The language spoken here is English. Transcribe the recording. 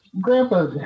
Grandpa